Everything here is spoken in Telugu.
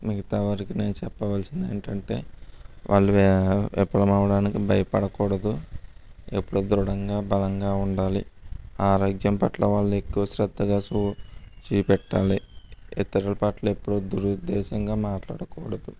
మిగతా వారికి నేను చెప్పవలసింది ఏంటంటే వాళ్ళు ఎ ఎప్పుడు మ చెప్పడానికి భయపడకూడదు ఎప్పుడు దృఢంగా బలంగా ఉండాలి ఆరోగ్యం పట్లవాళ్ళు ఎక్కువగా శ్రద్ధగా చూపెట్టాలి ఇతరుల పట్ల ఎప్పుడు దురుద్దేశంగా మాట్లాడకూడదు